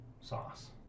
sauce